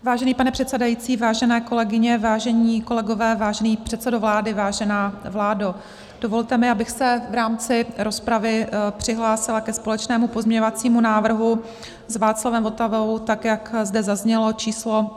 Vážený pane předsedající, vážené kolegyně, vážení kolegové, vážený předsedo vlády, vážená vládo, dovolte mi, abych se v rámci rozpravy přihlásila ke společnému pozměňovacímu návrhu s Václavem Votavou, jak zde zaznělo, číslo 3795.